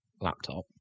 laptop